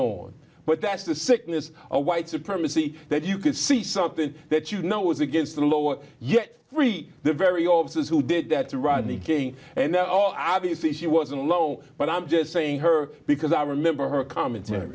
on but that's the sickness a white supremacy that you can see something that you know was against the law yet the very officers who did that to rodney king and obviously she wasn't a low but i'm just saying her because i remember her commentary